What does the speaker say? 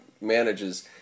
manages